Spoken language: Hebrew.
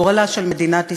גורלה של מדינת ישראל,